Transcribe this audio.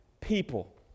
people